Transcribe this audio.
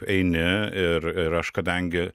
eini ir ir aš kadangi